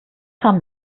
haben